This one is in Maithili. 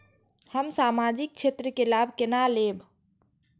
हम सामाजिक क्षेत्र के लाभ केना लैब?